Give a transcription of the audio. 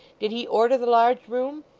did he order the large room